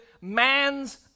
man's